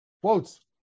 quotes